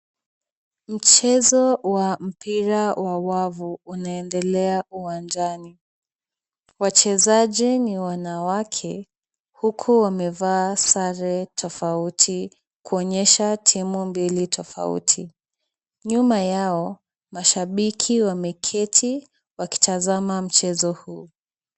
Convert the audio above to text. Mchezo wa mpira wa wavu unaendelea uwanjani. Wachezaji ni wanawake huku wamevaa sare tofauti kuonyesha timu mbili tofauti. Nyuma yao mashabiki wameketi wakitazama mchezo huu.